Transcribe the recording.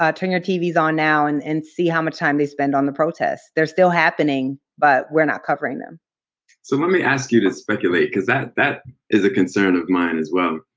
ah turn your tvs on now and and see how much time they spend on the protests. they're still happening, but we're not covering them. bobb so let me ask you to speculate, cause that that is a concern of mine as well.